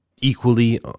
Equally